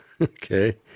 okay